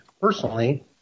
personally